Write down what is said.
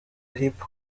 hip